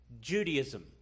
Judaism